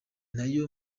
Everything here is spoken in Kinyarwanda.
nayo